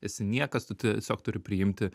esi niekas tu tiesiog turi priimti